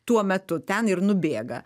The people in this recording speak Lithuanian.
tuo metu ten ir nubėga